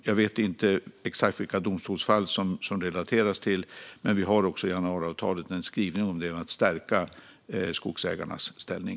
Jag vet inte exakt vilka domstolsfall som ledamoten refererar till, men vi har i januariavtalet en skrivning om att stärka skogsägarnas ställning.